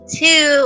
two